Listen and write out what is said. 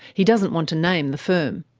he doesn't want to name the firm.